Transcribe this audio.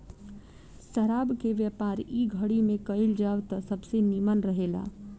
शराब के व्यापार इ घड़ी में कईल जाव त सबसे निमन रहेला